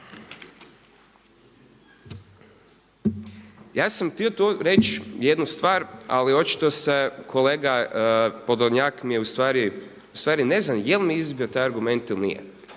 Ja sam htio reći jednu stvar ali očito kolega Podolnjak mi je ustvari, ustvari ne znam jel' mi izbio taj argument ili nije.